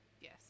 Yes